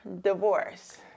divorce